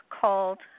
called